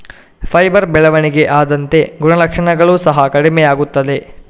fibre ಬೆಳವಣಿಗೆ ಆದಂತೆ ಗುಣಲಕ್ಷಣಗಳು ಸಹ ಕಡಿಮೆಯಾಗುತ್ತವೆ